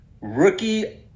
rookie